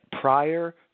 prior